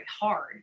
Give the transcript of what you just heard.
hard